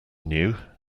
new